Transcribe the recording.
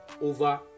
over